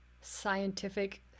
scientific